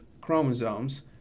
chromosomes